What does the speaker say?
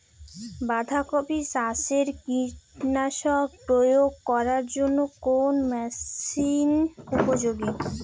বাঁধা কপি চাষে কীটনাশক প্রয়োগ করার জন্য কোন মেশিন উপযোগী?